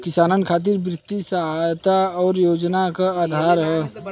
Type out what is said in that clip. किसानन खातिर वित्तीय सहायता और योजना क आधार का ह?